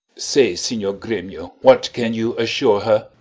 say, signior gremio, what can you assure her?